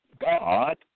God